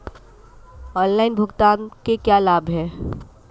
Online भुगतान के क्या लाभ हैं?